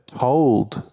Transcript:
told